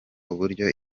uburyo